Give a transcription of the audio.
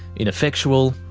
ineffectual,